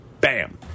Bam